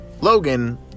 Logan